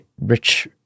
rich